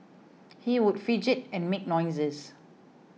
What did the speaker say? he would fidget and make noises